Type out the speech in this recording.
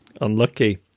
unlucky